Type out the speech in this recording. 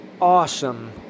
awesome